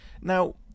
Now